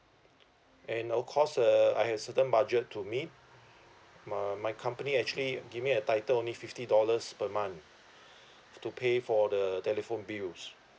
and of course uh I have certain budget to meet uh my company actually give me a title only fifty dollars per month to pay for the telephone bill